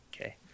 Okay